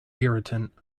irritant